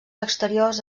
exteriors